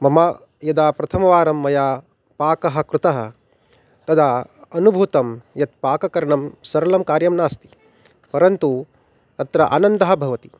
मम यदा प्रथमवारं मया पाकः कृतः तदा अनुभूतं यत्पाककरणं सरलं कार्यं नास्ति परन्तु अत्र आनन्दः भवति